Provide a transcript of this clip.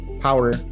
power